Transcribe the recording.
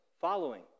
following